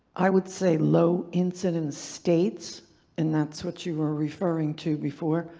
i would say, low incident states and that's what you were referring to before,